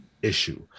Issue